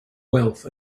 wealth